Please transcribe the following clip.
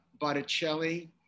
Botticelli